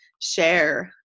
share